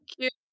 cute